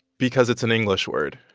because it's an english word.